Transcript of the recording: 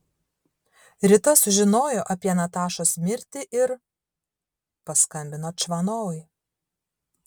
rita sužinojo apie natašos mirtį ir paskambino čvanovui